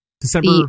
December